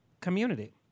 community